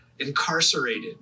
incarcerated